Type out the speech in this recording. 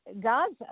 God's